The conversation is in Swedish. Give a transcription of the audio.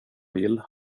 vill